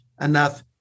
enough